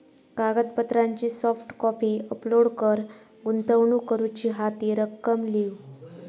कागदपत्रांची soft copy upload कर, गुंतवणूक करूची हा ती रक्कम लिव्ह